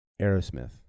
Aerosmith